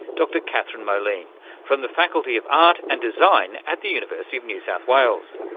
dr katherine moline from the faculty of art and design at the university of new south wales.